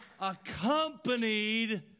accompanied